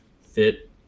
fit